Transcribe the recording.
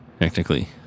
technically